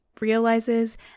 realizes